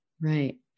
Right